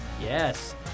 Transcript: Yes